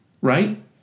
Right